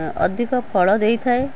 ଅଧିକ ଫଳ ଦେଇଥାଏ